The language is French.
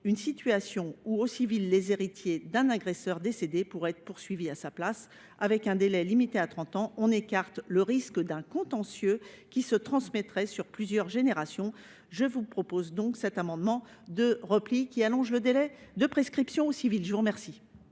une situation où, au civil, les héritiers d’un agresseur décédé seraient poursuivis à sa place. Avec un délai limité à trente ans, nous écartons le risque d’un contentieux qui se transmettrait sur plusieurs générations. Je vous propose donc cet amendement de repli qui tend à allonger le délai de prescription au civil. La parole